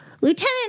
Lieutenant